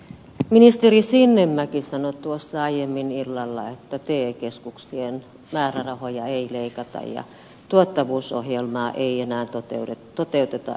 ministeri sinnemäki sanoi tuossa aiemmin illalla että te keskuksien määrärahoja ei leikata ja tuottavuusohjelmaa ei enää toteuteta ensi vuonna